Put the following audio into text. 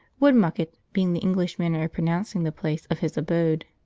woodmucket being the english manner of pronouncing the place of his abode.